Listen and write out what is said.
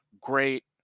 great